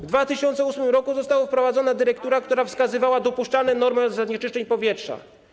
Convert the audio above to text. W 2008 r. została wprowadzona dyrektywa, która wskazywała dopuszczalne normy zanieczyszczeń powietrza.